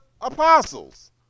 apostles